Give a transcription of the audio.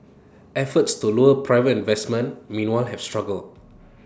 efforts to lure private investment meanwhile have struggled